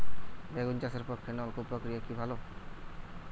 বেগুন চাষের পক্ষে নলকূপ প্রক্রিয়া কি ভালো?